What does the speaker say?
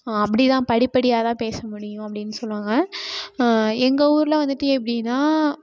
அப்படிதான் படிப்படியாதான் பேச முடியும் அப்படின்னு சொல்வாங்க எங்கள் ஊரில் வந்துட்டு எப்படின்னா